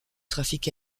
trafic